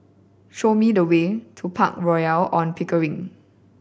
show me the way to Park Royal On Pickering